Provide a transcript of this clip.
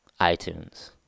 iTunes